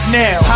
now